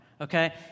okay